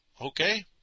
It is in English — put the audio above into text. okay